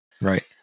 Right